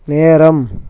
நேரம்